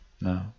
No